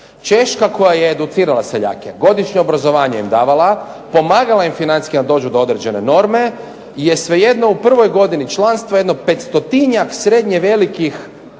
Češka koja je educirala seljake godišnje obrazovanje je davala, pomagala je financijski da dođu do određene norme, je svejedno u prvoj godini članstva jedno 500-tinjak srednje velikih